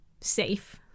safe